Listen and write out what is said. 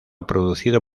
producido